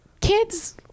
kids